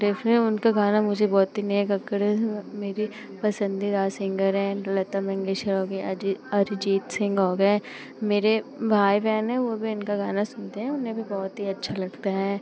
देखने में उनका गाना मुझे बहुत ही नेहा कक्कड़ मेरी पसंदीदा सिंगर हैं लता मंगेशकर हो गई अजीत अरिजीत सिंह हो गए मेरे भाई बहन हैं वे भी इनका गाना सुनते हैं उन्हें भी बहुत ही अच्छा लगता है